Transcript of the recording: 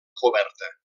coberta